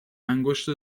انگشت